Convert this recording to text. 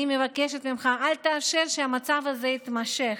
אני מבקשת ממך: אל תאפשר שהמצב הזה יימשך.